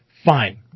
Fine